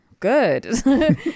good